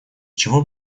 чего